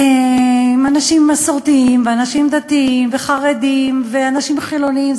עם אנשים מסורתיים ואנשים דתיים וחרדים ואנשים חילונים.